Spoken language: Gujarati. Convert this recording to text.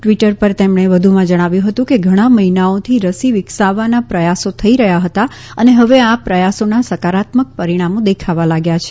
ટિવટર ઉપર તેમણે વધુમાં જણાવ્યું હતું કે ઘણા મહિનાઓથી રસી વિકાસાવવાના પ્રયાસો થઈ રહ્યા હતા અને હવે આ પ્રયાસોના સકારાત્મક પરિણામો દેખાવા લાગ્યા છે